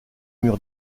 mur